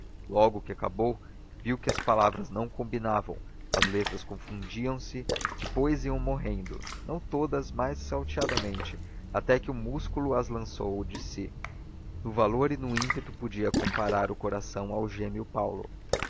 logo que acabou viu que as palavras não combinavam as letras confundiam-se depois iam morrendo não todas mas salteadamente até que o músculo as lançou de si no valor e no ímpeto podia comparar o coração ao gêmeo paulo